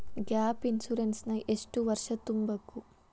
Gap insurance ನ ಎಷ್ಟ್ ವರ್ಷ ತುಂಬಕು?